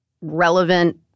relevant